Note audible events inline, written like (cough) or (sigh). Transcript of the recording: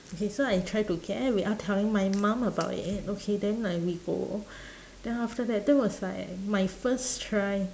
okay so I try to get without telling my mum about it okay then like we go (breath) then after that that was like my first try